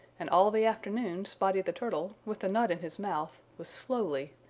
and all the afternoon spotty the turtle, with the nut in his mouth, was slowly,